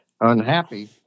Unhappy